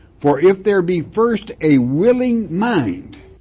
for if there be first a willing mind,